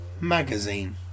magazine